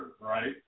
right